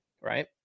right